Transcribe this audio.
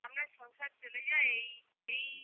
আপনার সংসার চলে যায় এই এই